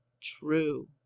true